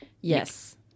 yes